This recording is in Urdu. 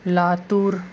لاتور